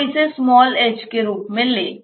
तो इसे h के रूप में लें